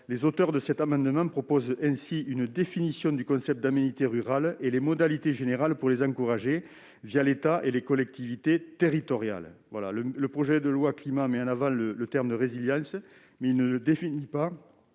les auteurs de cet amendement proposent une définition du concept d'aménité rurale et les modalités générales pour les encourager l'État et les collectivités territoriales. Le projet de loi Climat met en avant le terme de résilience, mais ne le définit pas.